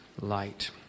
light